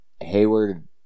Hayward